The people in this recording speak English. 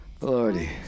Lordy